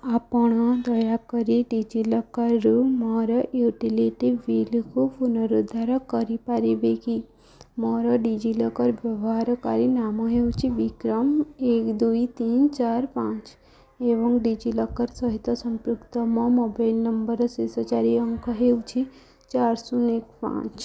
ଆପଣ ଦୟାକରି ଡିଜିଲକର୍ରୁ ମୋର ୟୁଟିଲିଟି ବିଲ୍କୁ ପୁନରୁଦ୍ଧାର କରିପାରିବେ କି ମୋର ଡିଜିଲକର୍ ବ୍ୟବହାରକାରୀ ନାମ ହେଉଛି ବିକ୍ରମ ଏକ ଦୁଇ ତିନ ଚାର ପାଞ୍ଚ ଏବଂ ଡିଜିଲକର୍ ସହିତ ସଂଯୁକ୍ତ ମୋ ମୋବାଇଲ୍ ନମ୍ବର୍ର ଶେଷ ଚାରି ଅଙ୍କ ହେଉଛି ଚାରି ଶୂନ ଏକ ପାଞ୍ଚ